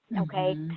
Okay